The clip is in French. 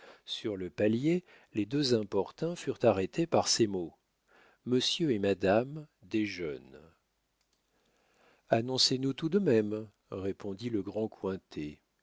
sur le palier les deux importuns furent arrêtés par ces mots monsieur et madame déjeunent annoncez nous tout de même répondit le grand